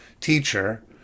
teacher